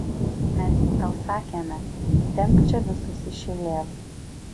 mes juk tau sakėme tempk čia visus iš eilės